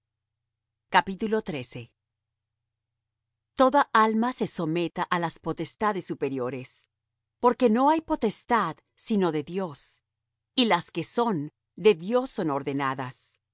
el mal toda alma se someta á las potestades superiores porque no hay potestad sino de dios y las que son de dios son ordenadas